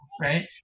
right